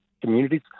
communities